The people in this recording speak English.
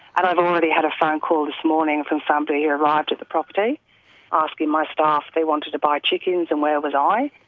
and i have already had a phone call this morning from somebody who arrived at the property asking my staff they wanted to buy chickens and where was i.